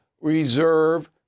reserve